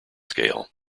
scale